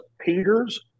Peter's